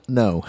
no